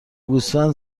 گوسفند